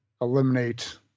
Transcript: eliminate